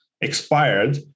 expired